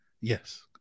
yes